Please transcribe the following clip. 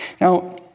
Now